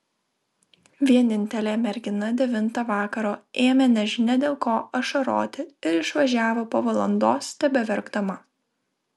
vienintelė mergina devintą vakaro ėmė nežinia dėl ko ašaroti ir išvažiavo po valandos tebeverkdama